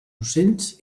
ocells